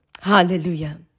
Hallelujah